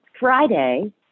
Friday